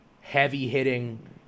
heavy-hitting